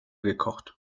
gekocht